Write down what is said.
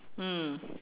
mm